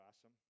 awesome